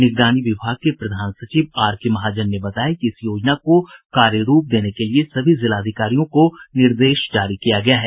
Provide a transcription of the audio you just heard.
निगरानी विभाग के प्रधान सचिव आर के महाजन ने बताया कि इस योजना को कार्यरूप देने के लिये सभी जिलाधिकारियों को निर्देश जारी किया गया है